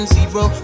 Zero